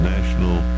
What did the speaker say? National